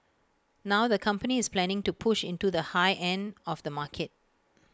now the company is planning to push into the high end of the market